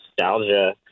nostalgia